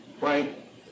right